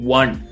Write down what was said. one